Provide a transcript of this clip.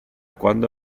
quando